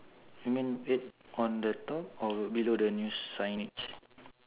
you mean eight on the top or below the news signage